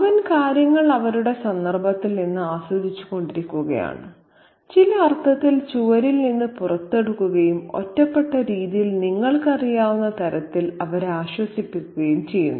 അവൻ കാര്യങ്ങൾ അവരുടെ സന്ദർഭത്തിൽ നിന്ന് ആസ്വദിച്ചുകൊണ്ടിരിക്കുകയാണ് ചില അർത്ഥത്തിൽ ചുവരിൽ നിന്ന് പുറത്തെടുക്കുകയും ഒറ്റപ്പെട്ട രീതിയിൽ നിങ്ങൾക്കറിയാവുന്ന തരത്തിൽ അവരെ ആശ്വസിപ്പിക്കുകയും ചെയ്യുന്നു